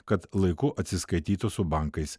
kad laiku atsiskaitytų su bankais